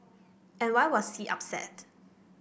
and why was C upset